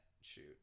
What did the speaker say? shoot